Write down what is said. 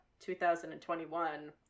2021